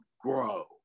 grow